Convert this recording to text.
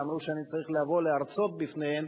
ואמרו שאני צריך לבוא להרצות בפניהם,